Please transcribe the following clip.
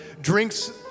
drinks